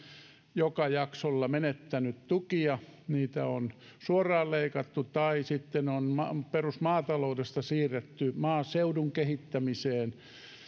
joka jaksolla menettänyt tukia niitä on suoraan leikattu tai sitten on perusmaataloudesta siirretty maaseudun kehittämiseen